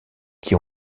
qui